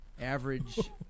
average